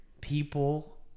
people